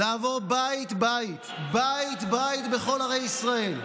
לעבור בית בית בכל ערי ישראל,